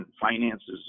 finances